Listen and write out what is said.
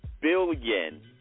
billion